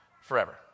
forever